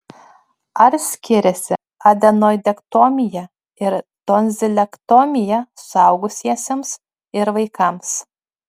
ar skiriasi adenoidektomija ir tonzilektomija suaugusiesiems ir vaikams